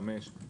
חמש,